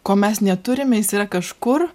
ko mes neturime jis yra kažkur